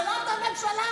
זאת לא אותה ממשלה?